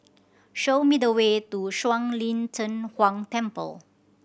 show me the way to Shuang Lin Cheng Huang Temple